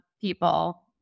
people